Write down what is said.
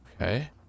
okay